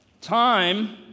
Time